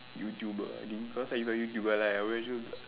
YouTuber I think cause if I YouTuber right I will just